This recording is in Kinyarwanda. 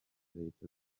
leta